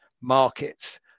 markets